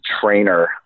trainer